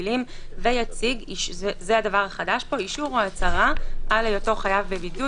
ויציג אישור או הצהרה על היותו חייב בבידוד